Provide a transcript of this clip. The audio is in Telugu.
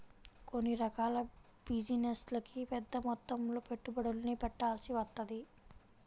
కొన్ని రకాల బిజినెస్లకి పెద్దమొత్తంలో పెట్టుబడుల్ని పెట్టాల్సి వత్తది